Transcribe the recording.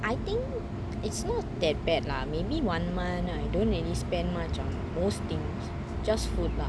I think it's not that bad lah maybe one month I don't really spend much on most things just food lah